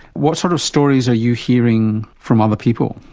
what sort of stories are you hearing from other people?